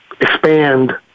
expand